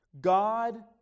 God